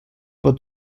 pot